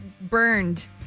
burned